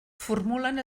formulen